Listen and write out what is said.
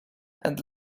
and